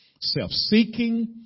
self-seeking